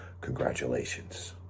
Congratulations